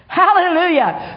hallelujah